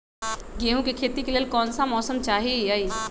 गेंहू के खेती के लेल कोन मौसम चाही अई?